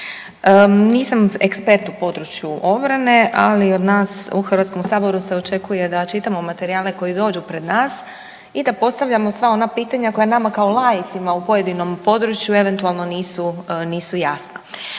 Nisam ekspert u području obrane, ali od nas u Hrvatskom saboru se očekuje da čitamo materijale koji dođu pred nas i da postavljamo sva ona pitanja koja nama kao laicima u pojedinom području eventualno nisu jasna.